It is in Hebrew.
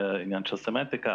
זה עניין של סמנטיקה,